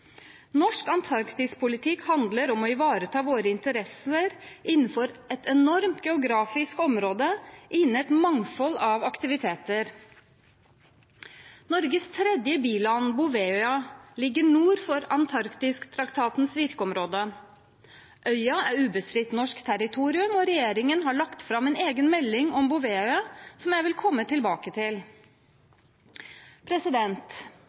Norsk antarktispolitikk handler om å ivareta våre interesser innenfor et enormt geografisk område innen et mangfold av aktiviteter. Norges tredje biland, Bouvetøya, ligger nord for Antarktistraktatens virkeområde. Øya er ubestridt norsk territorium, og regjeringen har lagt fram en egen melding om Bouvetøya som jeg vil komme tilbake til.